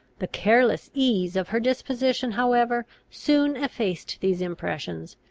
the careless ease of her disposition, however, soon effaced these impressions,